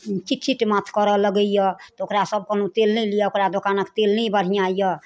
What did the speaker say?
चिटचिट माथ करऽ लगैया तऽ ओकरा सभ कहलहुॅं तेल नहि लिअ ओकरा दोकानक तेल नहि बढ़िआँ यऽ